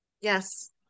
Yes